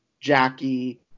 Jackie